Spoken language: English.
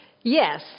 Yes